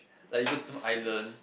like you go to some island